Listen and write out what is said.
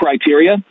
criteria